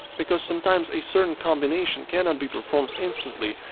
because sometimes a certain combination cannot be performed instantly,